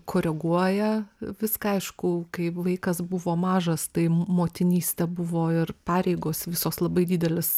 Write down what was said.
koreguoja viską aišku kaip vaikas buvo mažas tai motinystė buvo ir pareigos visos labai didelis